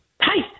Hi